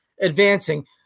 advancing